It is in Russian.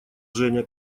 женя